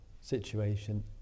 situation